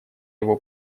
его